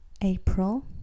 April